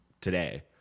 today